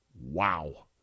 Wow